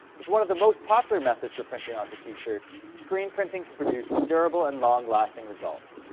as one of the most popular methods for printing onto t-shirts, screen printing can produce durable and long lasting results.